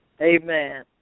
Amen